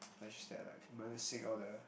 but just that like minusing all the